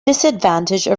disadvantage